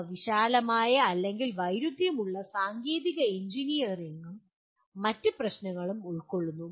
അവ വിശാലമായ അല്ലെങ്കിൽ വൈരുദ്ധ്യമുള്ള സാങ്കേതിക എഞ്ചിനീയറിംഗും മറ്റ് പ്രശ്നങ്ങളും ഉൾക്കൊള്ളുന്നു